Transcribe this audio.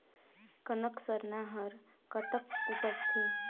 कनक सरना हर कतक उपजथे?